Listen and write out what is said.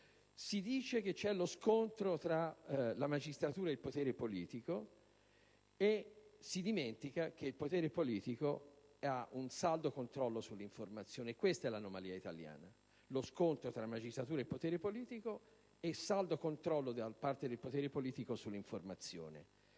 Si dice che c'è lo scontro tra la magistratura e il potere politico, e si dimentica che il potere politico ha un saldo controllo sull'informazione. Questa è l'anomalia italiana: lo scontro tra magistratura e potere politico e saldo controllo del potere politico sull'informazione.